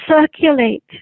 circulate